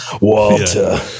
Walter